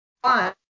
one